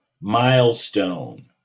milestone